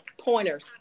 Pointers